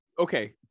Okay